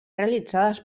realitzades